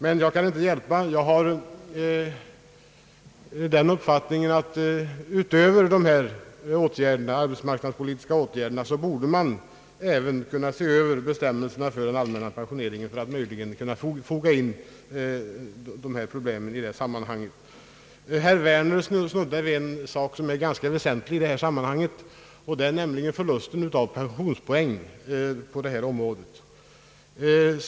Jag kan dock inte hjälpa att jag har den uppfattningen ati man utöver dessa arbetsmarknadspolitiska åtgärder även borde se över bestämmelserna för den allmänna pensioneringen för att möjligen kunna foga in dessa problem i det sammanhanget. Såväl fru Landberg som herr Werner snuddade vid en sak som är ganska väsentlig i detta sammanhang, nämligen förlusten av pensionspoäng.